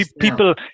People